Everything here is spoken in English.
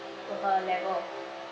to her level